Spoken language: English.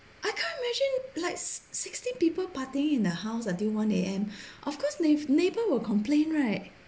I can't imagine like sixty people partying in the house until one A_M of course neigh~ neighbour will complain right